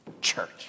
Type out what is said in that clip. church